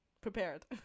prepared